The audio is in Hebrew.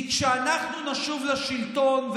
כי כשאנחנו לשוב לשלטון,